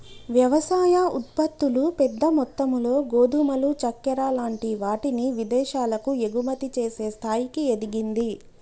వ్యవసాయ ఉత్పత్తులు పెద్ద మొత్తములో గోధుమలు చెక్కర లాంటి వాటిని విదేశాలకు ఎగుమతి చేసే స్థాయికి ఎదిగింది